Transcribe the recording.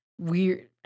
weird